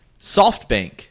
SoftBank